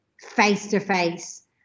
face-to-face